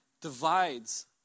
divides